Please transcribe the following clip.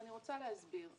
ואני רוצה להסביר.